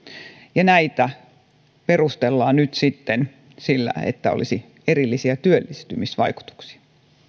ja näitä perustellaan nyt sitten sillä että niillä olisi erillisiä työllistymisvaikutuksia